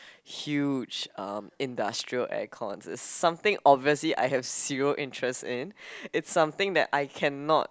huge um industrial aircons it's something obviously I have zero interest in it's something that I cannot